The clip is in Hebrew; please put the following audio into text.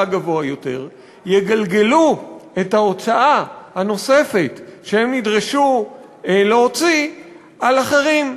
הגבוה יותר יגלגלו את ההוצאה הנוספת שהם נדרשו להוציא על אחרים.